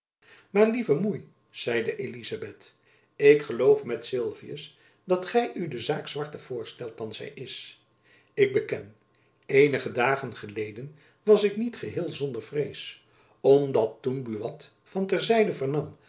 maar lieve moei zeide elizabeth ik geloof met sylvius dat gy u de zaak zwarter voorstelt dan zy is ik beken eenige dagen geleden was ik niet geheel zonder vrees omdat toen buat van ter zijde